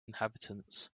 inhabitants